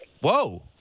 Whoa